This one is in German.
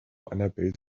annabel